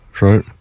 Right